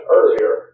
earlier